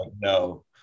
no